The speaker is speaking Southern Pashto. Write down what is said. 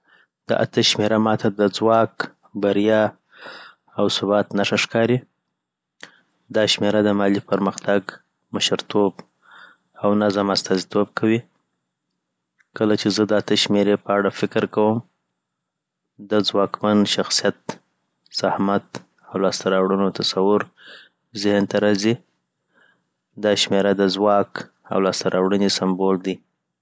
د اته شمېره ما ته د ځواک، بریا او ثبات نښه ښکاري دا شمېره د مالي پرمختګ، مشرتوب او نظم استازیتوب کوي. کله چې زه د اته شمېرې په اړه فکر کوم د ځواکمن شخصیت، زحمت او لاسته راوړنو تصور ذهن ته راځي.. دا شمېره د ځواک او لاسته راوړنې سمبول دی